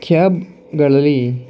ಕ್ಯಾಬ್ಗಳಲ್ಲಿ